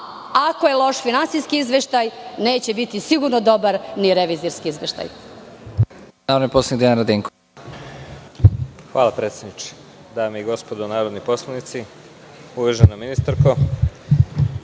Ako je loš finansijski izveštaj, neće biti sigurno dobar ni revizorski izveštaj.